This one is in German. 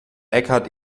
eckhardt